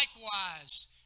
likewise